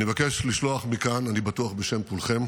אני מבקש לשלוח מכאן, אני בטוח בשם כולכם,